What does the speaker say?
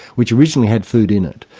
which originally had food in it.